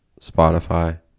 Spotify